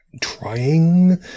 trying